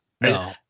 No